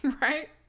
Right